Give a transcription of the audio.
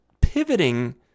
pivoting